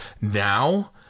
now